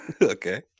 okay